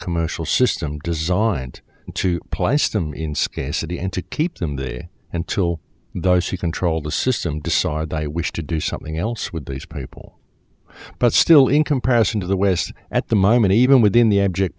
commercial system designed to place them in scarcity and to keep them there until those who control the system decide they wish to do something else with these people but still in comparison to the west at the moment even within the abject